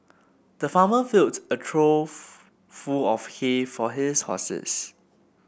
the farmer filled a trough full of hay for his horses